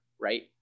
right